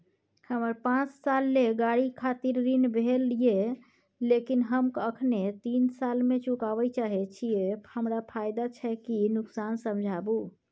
हमर पाँच साल ले गाड़ी खातिर ऋण भेल ये लेकिन हम अखने तीन साल में चुकाबे चाहे छियै हमरा फायदा छै की नुकसान समझाबू?